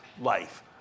life